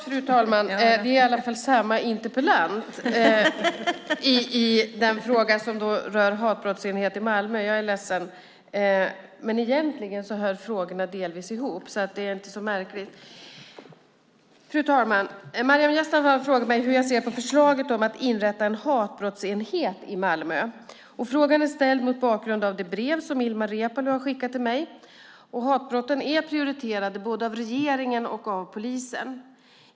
Fru talman! Maryam Yazdanfar har frågat mig hur jag ser på förslaget om att inrätta en hatbrottsenhet i Malmö. Frågan är ställd mot bakgrund av det brev som Ilmar Reepalu har skickat till mig. Hatbrotten är prioriterade både av regeringen och av polisen.